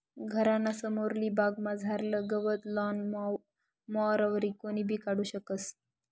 घरना समोरली बागमझारलं गवत लॉन मॉवरवरी कोणीबी काढू शकस